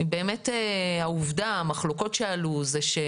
היא העובדה,